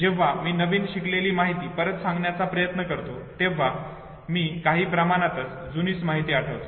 जेव्हा मी नवीन शिकलेली माहिती परत सांगण्याचा प्रयत्न करतो तेव्हा मी काही प्रमाणात जुनीच माहिती आठवतो